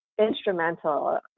instrumental